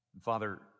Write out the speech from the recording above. Father